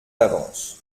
d’avance